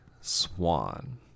Swan